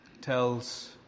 tells